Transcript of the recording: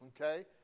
okay